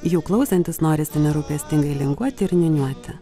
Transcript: jų klausantis norisi nerūpestingai linguoti ir niuniuoti